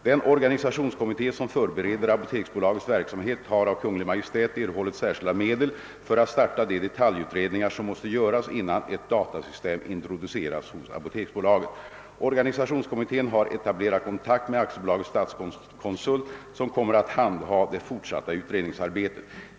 Den organisationskommitté som förbereder apoteksbolagets verksamhet har av Kungl. Maj:t erhållit särskilda medel för att starta de detaljutredningar som måste göras innan ett datasystem introduceras hos apoteksbolaget. Organisationskommittén har etablerat kontakt med AB Statskonsult, som kommer att handha det fortsatta utredningsarbetet.